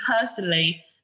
personally